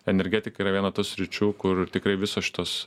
energetika yra viena tų sričių kur tikrai visos šitos